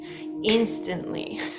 instantly